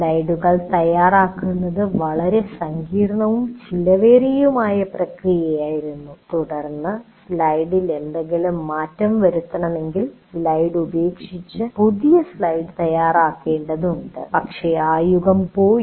സ്ലൈഡുകൾ തയ്യാറാക്കുന്നത് വളരെ സങ്കീർണ്ണവും ചെലവേറിയതുമായ പ്രക്രിയയായിരുന്നു തുടർന്ന് സ്ലൈഡിൽ എന്തെങ്കിലും മാറ്റം വരുത്തണമെങ്കിൽ സ്ലൈഡ് ഉപേക്ഷിച്ച് പുതിയ സ്ലൈഡ് തയ്യാറാക്കേണ്ടതുണ്ട് പക്ഷേ ആ യുഗം പോയി